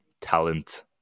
talent